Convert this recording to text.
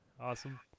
Awesome